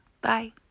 Bye